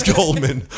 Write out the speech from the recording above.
Goldman